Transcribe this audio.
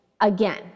Again